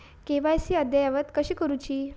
KYC अद्ययावत कशी करुची?